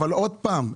אבל עוד פעם,